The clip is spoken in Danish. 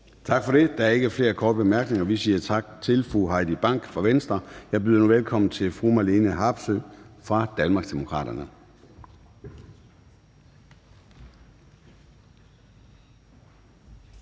Gade): Der er ikke flere korte bemærkninger, så vi siger tak til fru Heidi Bank fra Venstre. Jeg byder nu velkommen til fru Marlene Harpsøe fra Danmarksdemokraterne.